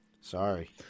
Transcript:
Sorry